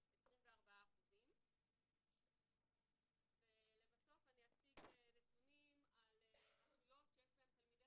24%. לבסוף אני אציג נתונים על רשויות שיש להן תלמידי